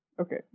Okay